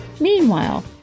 Meanwhile